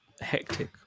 hectic